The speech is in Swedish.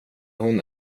hon